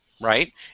right